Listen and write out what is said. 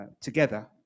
together